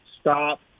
stop